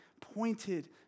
pointed